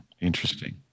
Interesting